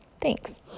Thanks